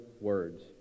words